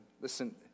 Listen